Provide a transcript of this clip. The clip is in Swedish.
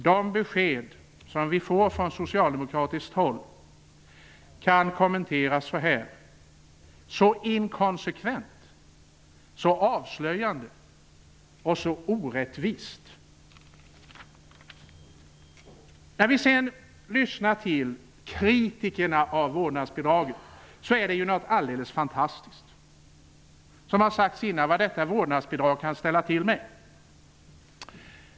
De besked som vi får från socialdemokratiskt håll kan kommenteras så här: Så inkonsekvent, så avslöjande och så orättvist. När vi sedan lyssnar till de kritiker som är emot vårdnadsbidraget, är det något alldeles fantastiskt vad detta vårdnadsbidrag kan ställa till med.